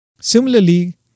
Similarly